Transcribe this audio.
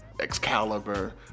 Excalibur